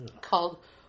called